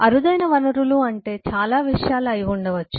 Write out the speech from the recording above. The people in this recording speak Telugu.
అరుదైన వనరులు అంటే చాలా విషయాలు అయి ఉండవచ్చు